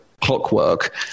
Clockwork